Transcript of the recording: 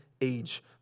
age